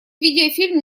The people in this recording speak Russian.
видеофильм